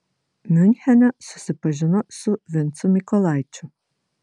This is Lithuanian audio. miunchene susipažino su vincu mykolaičiu